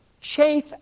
chafe